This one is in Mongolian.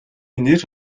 нэр